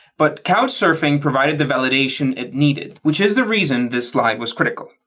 but couchsurfing provided the validation it needed, which is the reason this slide was critical.